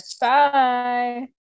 Bye